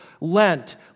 Lent